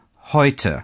heute